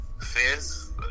fifth